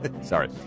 Sorry